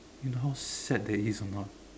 you know how sad that is or not